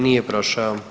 Nije prošao.